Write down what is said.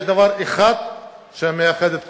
יש דבר אחד שמאחד את כולנו.